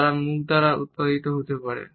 তারা মুখ দ্বারা উত্পাদিত হতে পারে